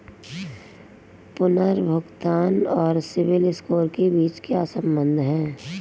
पुनर्भुगतान और CIBIL score के बीच क्या संबंध है?